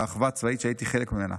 באחווה הצבאית שהייתי חלק ממנה.